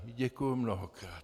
Děkuji mnohokrát.